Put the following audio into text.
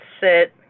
sit